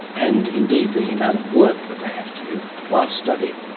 and indeed the amount of work that they have to do while studying?